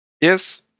Yes